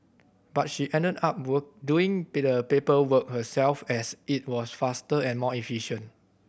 but she ended up doing the paperwork herself as it was faster and more efficient